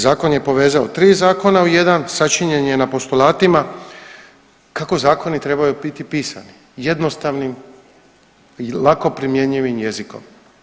Zakon je povezao tri zakona u jedan, sačinjen je na postulatima kako zakoni trebaju biti pisani jednostavnim i lako primjenjivim jezikom.